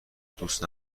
دوست